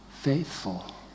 faithful